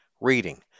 reading